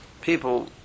People